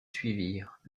suivirent